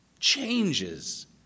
Changes